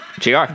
gr